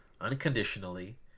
unconditionally